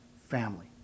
family